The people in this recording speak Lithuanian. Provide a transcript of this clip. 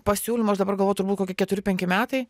pasiūlymų aš dabar galvoju turbūt kokie keturi penki metai